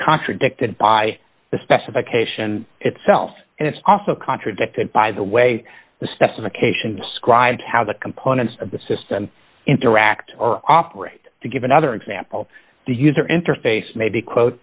contradicted by the specification itself and it's also contradicted by the way the specification describes how the components of the system interact or operate to give another example the user interface may be quote